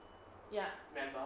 ya